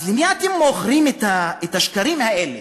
אז למי אתם מוכרים את השקרים האלה?